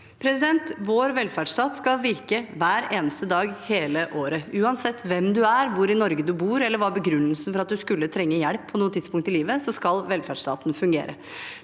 Vår velferdsstat skal virke hver eneste dag, hele året. Uansett hvem du er, hvor i Norge du bor, eller hva begrunnelsen er for at du skulle trenge hjelp på et tidspunkt i livet, skal velferdsstaten fungere.